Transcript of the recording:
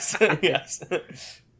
yes